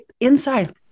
inside